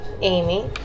Amy